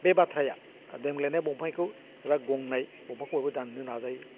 बे बाथ्राया देमग्लायनाय दंफांखौ एबा गंनाय दंफांखौ बयबो दान्नो नाजायो